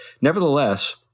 Nevertheless